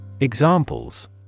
Examples